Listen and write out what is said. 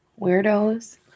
weirdos